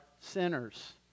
sinners